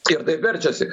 ir verčiasi